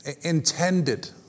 Intended